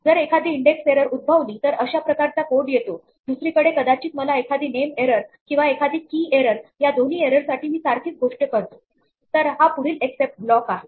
जर एखादी index error उद्भवली तर अशा प्रकारचा कोड येतो दुसरीकडे कदाचित मला एखादी नेम एरर किंवा एखादी कि एरर या दोन्ही एरर साठी मी सारखीच गोष्ट करतो तर हा पुढील एक्सेप्ट ब्लॉक आहे